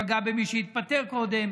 פגע במי שהתפטר קודם,